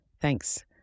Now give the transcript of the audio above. Thanks